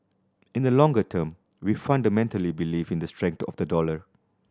in the longer term we fundamentally believe in the strength of the dollar